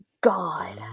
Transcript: God